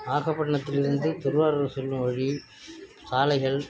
நாகப்பட்னத்தில் இருந்து திருவாரூர் செல்லும் வழி சாலைகள்